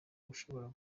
ushobora